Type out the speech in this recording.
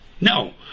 No